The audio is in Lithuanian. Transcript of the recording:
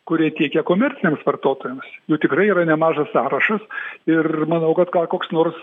kurie tiekia komerciniams vartotojams jų tikrai yra nemažas sąrašas ir manau kad gal koks nors